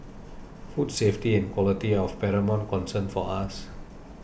food safety and quality are of paramount concern for us